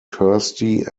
kirsty